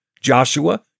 Joshua